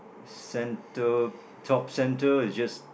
center top center it just